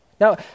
Now